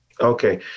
Okay